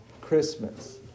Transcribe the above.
Christmas